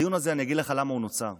אני אגיד לך למה הדיון הזה נוצר.